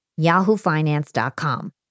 yahoofinance.com